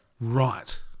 Right